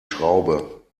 schraube